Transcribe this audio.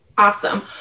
Awesome